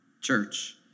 church